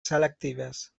selectives